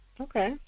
Okay